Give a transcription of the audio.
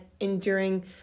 enduring